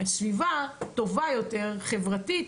הסביבה טובה יותר חברתית,